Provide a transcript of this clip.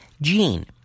gene